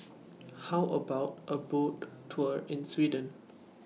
How about A Boat Tour in Sweden